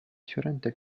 fiorente